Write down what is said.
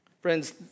Friends